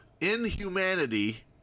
inhumanity